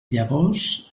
llavors